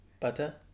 butter